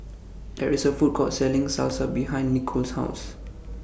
There IS A Food Court Selling Salsa behind Nichole's House